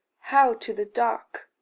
how to the dark?